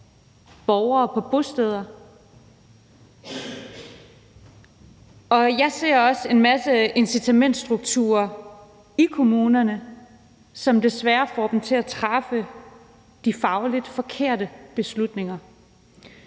borgere på bosteder, og jeg ser også en masse incitamentsstrukturer i kommunerne, som desværre får dem til at træffe de fagligt forkerte beslutninger,